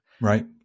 Right